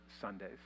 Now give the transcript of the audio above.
Sundays